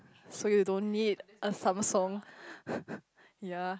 so you don't need a Samsung ya